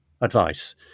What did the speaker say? advice